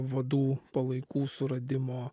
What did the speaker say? vadų palaikų suradimo